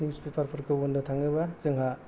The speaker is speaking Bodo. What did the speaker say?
निउस फेपार फोरखौ होननो थाङोबा जोंहा